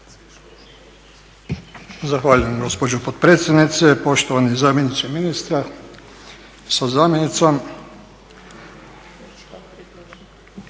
Zahvaljujem gospođo potpredsjednice. Poštovani zamjeniče ministra, sa zamjenicom.